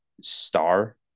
star